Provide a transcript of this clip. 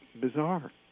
bizarre